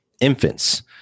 infants